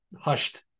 hushed